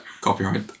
Copyright